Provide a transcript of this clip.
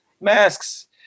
masks